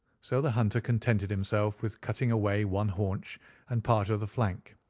so the hunter contented himself with cutting away one haunch and part of the flank.